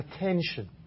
attention